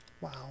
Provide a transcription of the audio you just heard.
Wow